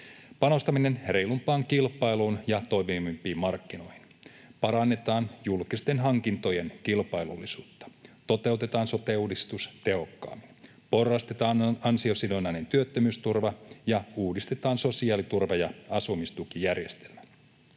panostetaan reilumpaan kilpailuun ja toimivampiin markkinoihin, parannetaan julkisten hankintojen kilpailullisuutta, toteutetaan sote-uudistus tehokkaammin, porrastetaan an-siosidonnainen työttömyysturva ja uudistetaan sosiaaliturva ja asumistukijärjestelmä.